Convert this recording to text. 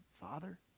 Father